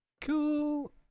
Cool